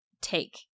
take